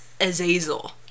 Azazel